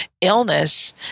illness